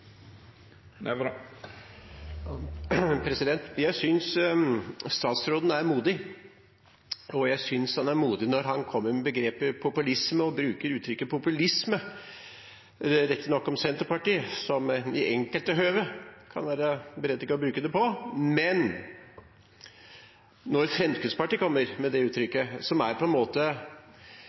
Jeg synes statsråden er modig. Jeg synes han er modig når han bruker uttrykket populisme, riktignok om Senterpartiet, som det i enkelte høve kan være berettiget å bruke det om. Men når Fremskrittspartiet, som på en måte er høyborgen for populisme, bruker det uttrykket, må jeg undre meg, og jeg må si at krokodilletårene over bompenger også er